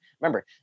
Remember